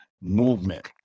Movement